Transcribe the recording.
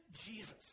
Jesus